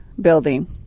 building